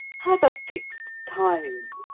have a fixed time,